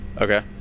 Okay